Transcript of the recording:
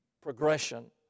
progression